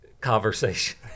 conversation